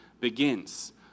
begins